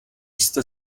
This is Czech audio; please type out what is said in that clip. jste